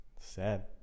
sad